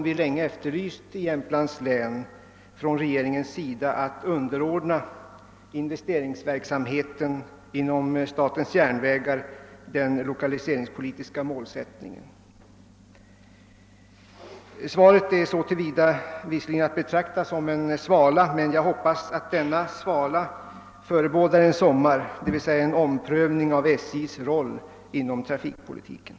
vi länge i Jämtlands län efterlyst från regeringens sida att inordna investeringsverksamheten inom statens. järnvägar under den lokaliseringspolitiska målsättningen. Svaret är visserligen i detta avseende att betrakta som en svala, men jag hoppas att denna svala förebådar en sommar, d.v.s... en omprövning av SJ:s roll inom trafikpolitiken.